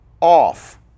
off